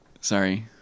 sorry